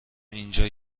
اینجا